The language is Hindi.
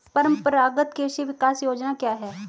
परंपरागत कृषि विकास योजना क्या है?